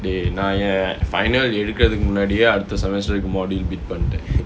they நா என்:naa en final எடுக்றதுக்கு முன்னாடியே அடுத்த:edukrathukku munnadiyae adutha semester module bid பண்ட்டே:panttae